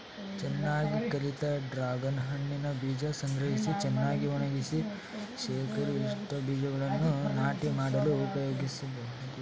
ಚೆನ್ನಾಗಿ ಕಳಿತ ಡ್ರಾಗನ್ ಹಣ್ಣಿನ ಬೀಜ ಸಂಗ್ರಹಿಸಿ ಚೆನ್ನಾಗಿ ಒಣಗಿಸಿ ಶೇಖರಿಸಿಟ್ಟ ಬೀಜಗಳನ್ನು ನಾಟಿ ಮಾಡಲು ಉಪಯೋಗಿಸ್ಬೋದು